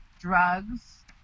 drugs